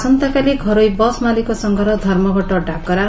ଆସନ୍ତାକାଲି ଘରୋଇ ବସ୍ ମାଲିକ ସଂଘର ଧର୍ମଘଟ ଡାକରା